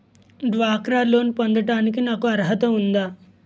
డ్వాక్రా లోన్ పొందటానికి నాకు అర్హత ఉందా?